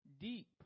deep